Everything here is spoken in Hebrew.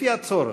לפי הצורך.